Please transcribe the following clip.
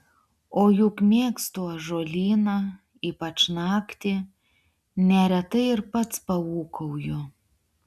o juk mėgstu ąžuolyną ypač naktį neretai ir pats paūkauju